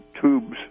Tubes